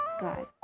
God